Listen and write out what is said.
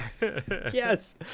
Yes